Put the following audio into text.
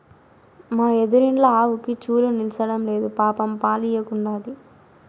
మా ఎదురిండ్ల ఆవుకి చూలు నిల్సడంలేదు పాపం పాలియ్యకుండాది